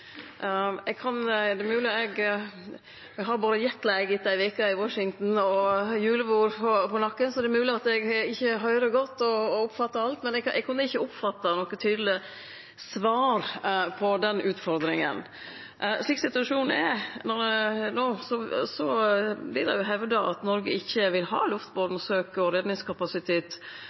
Eg har vore i jetlag etter ei veke i Washington, og eg har vore på julebord, så det er mogleg at eg ikkje høyrer godt og oppfattar alt, men eg har ikkje oppfatta noko tydeleg svar på den utfordringa. Slik situasjonen er no, vert det hevda at Noreg ikkje vil ha luftboren søk- og redningskapasitet